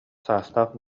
саастаах